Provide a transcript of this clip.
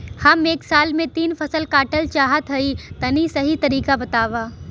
हम एक साल में तीन फसल काटल चाहत हइं तनि सही तरीका बतावा?